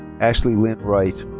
ashley lynn wright.